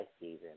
season